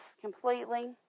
completely